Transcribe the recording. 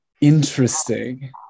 Interesting